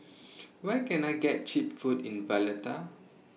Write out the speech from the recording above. Where Can I get Cheap Food in Valletta